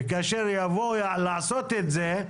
וכאשר יבואו לעשות את זה,